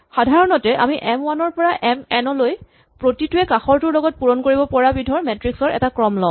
সাধাৰণতে আমি M one ৰ পৰা এম এন লৈ প্ৰতিটোৱে কাষৰটোৰ লগত পূৰণ কৰিব পৰা বিধৰ মেট্ৰিক্স ৰ এটা ক্ৰম লওঁ